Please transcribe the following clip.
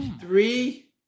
three